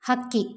ಹಕ್ಕಿ